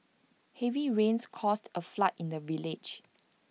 heavy rains caused A flood in the village